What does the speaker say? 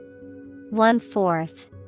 one-fourth